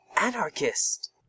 anarchist